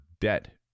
debt